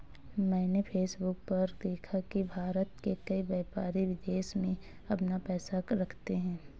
मैंने फेसबुक पर देखा की भारत के कई व्यापारी विदेश में अपना पैसा रखते हैं